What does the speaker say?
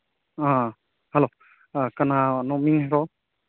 ꯑ ꯍꯂꯣ ꯀꯅꯥꯅꯣ ꯃꯤꯡꯕꯣ